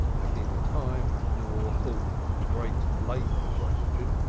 have neither time nor thought for the great labor question.